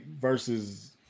versus